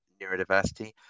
neurodiversity